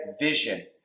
vision